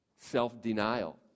self-denial